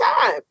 time